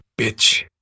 bitch